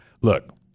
look